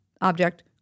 object